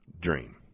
Dream